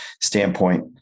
standpoint